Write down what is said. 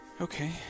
Okay